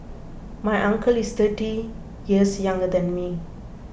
my uncle is thirty years younger than me